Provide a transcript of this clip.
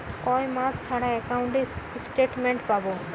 কয় মাস ছাড়া একাউন্টে স্টেটমেন্ট পাব?